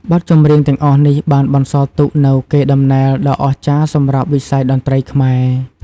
បទចម្រៀងទាំងអស់នេះបានបន្សល់ទុកនូវកេរដំណែលដ៏អស្ចារ្យសម្រាប់វិស័យតន្ត្រីខ្មែរ។